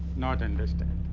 not understand.